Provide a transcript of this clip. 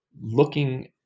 looking